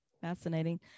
fascinating